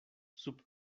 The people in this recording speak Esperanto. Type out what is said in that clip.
sub